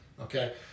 Okay